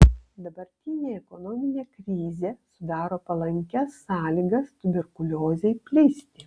dabartinė ekonominė krizė sudaro palankias sąlygas tuberkuliozei plisti